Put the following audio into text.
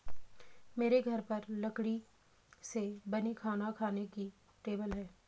मेरे घर पर लकड़ी से बनी खाना खाने की टेबल है